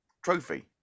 Trophy